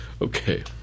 Okay